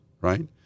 right